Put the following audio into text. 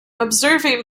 observing